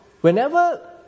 whenever